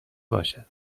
باشد